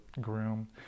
groom